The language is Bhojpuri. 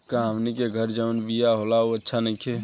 का हमनी के घरे जवन बिया होला उ अच्छा नईखे?